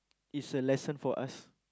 is a lesson for us